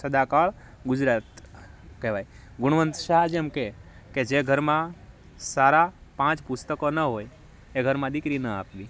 સદાકાળ ગુજરાત કહેવાય ગુણવંત શાહ જેમ કહે કે જે ઘરમાં સારા પાંચ પુસ્તકો ન હોય એ ઘરમાં દીકરી ન આપવી